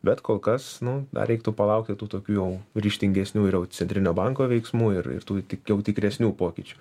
bet kol kas nu dar reiktų palaukti tų tokių jau ryžtingesnių ir jau centrinio banko veiksmų ir tų tik jau tikresnių pokyčių